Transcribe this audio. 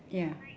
ya